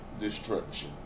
destruction